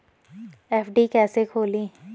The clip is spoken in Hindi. एफ.डी कैसे खोलें?